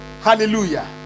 Hallelujah